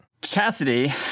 cassidy